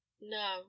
No